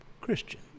Christian